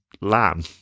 lamb